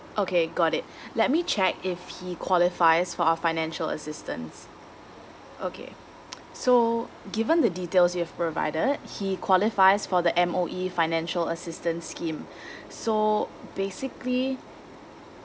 okay got it let me check if he qualifies for our financial assistance okay so given the details you've provided he qualifies for the M_O_E financial assistance scheme so basically